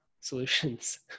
solutions